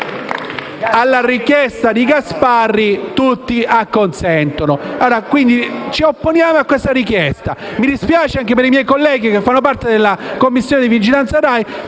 alla richiesta di Gasparri tutti acconsentano. Ci opponiamo a questa richiesta, sebbene mi dispiaccia per i miei colleghi che fanno parte della Commissione di vigilanza RAI.